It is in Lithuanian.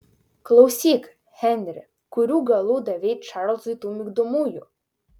klausyk henri kurių galų davei čarlzui tų migdomųjų